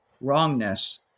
wrongness